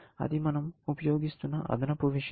అది మనం ఉపయోగిస్తున్న అదనపు విషయం